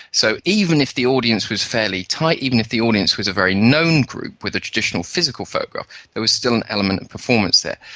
so even if the audience was fairly tight, even if the audience was a very known group, with a traditional physical photograph there was still an element of performance there.